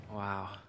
Wow